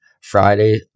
Friday